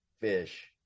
fish